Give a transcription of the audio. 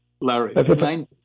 Larry